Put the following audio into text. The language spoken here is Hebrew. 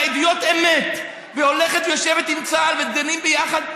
עדויות אמת והולכת ויושבת עם צה"ל והיו דנים ביחד ומשפרים,